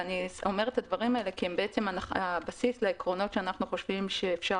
אני אומרת את הדברים האלה כי בעצם הבסיס לעקרונות שאנחנו חושבים שאפשר